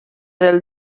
del